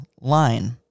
line